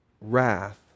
wrath